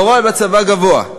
המורל בצבא גבוה,